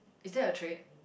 is that a trait